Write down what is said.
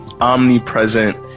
omnipresent